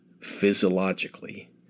physiologically